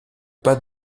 pas